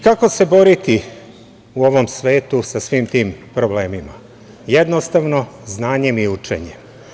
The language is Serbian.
Kako se boriti u ovom svetu sa svim tim problemima, jednostavno - znanjem i učenjem.